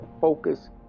focus